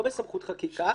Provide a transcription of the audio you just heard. לא בסמכות חקיקה.